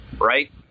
right